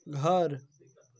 घर